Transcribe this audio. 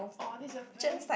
orh this a very